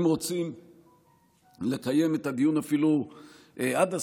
אם רוצים לקיים את הדיון אפילו עד הסוף,